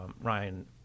Ryan